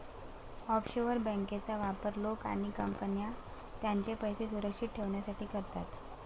offshore बँकांचा वापर लोक आणि कंपन्या त्यांचे पैसे सुरक्षित ठेवण्यासाठी करतात